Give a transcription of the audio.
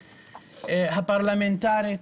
הפרלמנטרית,